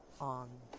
on